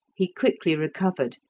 he quickly recovered,